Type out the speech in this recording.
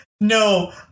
no